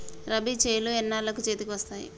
రబీ చేలు ఎన్నాళ్ళకు చేతికి వస్తాయి?